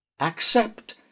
accept